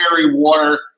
water